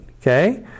okay